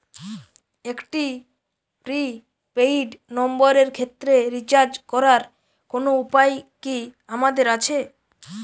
একটি prepaid নম্বরের ক্ষেত্রে রিচার্জ করার কোনো উপায় কি আমাদের আছে?